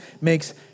makes